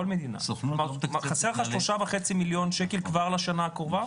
כלומר חסרים לך 3,500,000 כבר לשנה הקרובה?